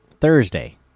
thursday